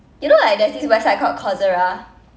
you know like there's this website called coursera